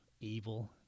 evil